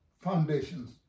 foundations